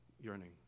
yearning